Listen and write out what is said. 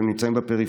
הם נמצאים בפריפריה,